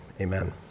amen